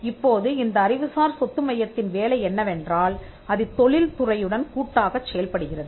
இப்போது இந்த அறிவுசார் சொத்து மையத்தின் வேலை என்னவென்றால் அது தொழில் துறையுடன் கூட்டாகச் செயல்படுகிறது